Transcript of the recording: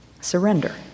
Surrender